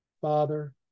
Father